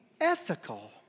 ethical